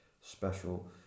special